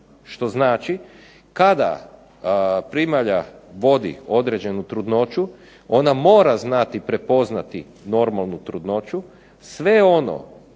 što znači kada primalja vodi određenu trudnoću ona mora znati prepoznati normalnu trudnoću. Sve ono